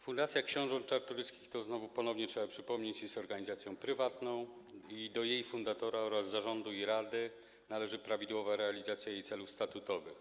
Fundacja Książąt Czartoryskich - to znowu ponownie trzeba przypomnieć - jest organizacją prywatną i do jej fundatora oraz zarządu i rady należy prawidłowa realizacja jej celów statutowych.